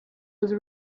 was